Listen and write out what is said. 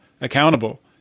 accountable